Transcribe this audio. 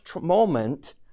moment